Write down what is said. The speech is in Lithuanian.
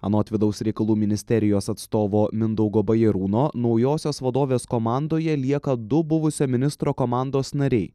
anot vidaus reikalų ministerijos atstovo mindaugo bajarūno naujosios vadovės komandoje lieka du buvusio ministro komandos nariai